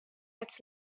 als